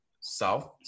south